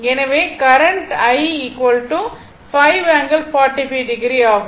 எனவே current i 5 ∠45o ஆகும்